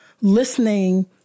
listening